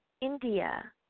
India